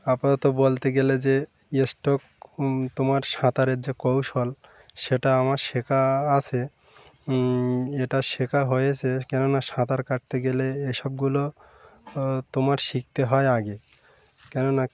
আপাতত বলতে গেলে যে স্ট্রোক তোমার সাঁতারের যে কৌশল সেটা আমার শেখা আছে এটা শেখা হয়েছে কেননা সাঁতার কাটতে গেলে এসবগুলো তোমার শিখতে হয় আগে কেননা